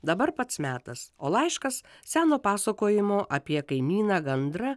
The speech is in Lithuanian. dabar pats metas o laiškas seno pasakojimo apie kaimyną gandrą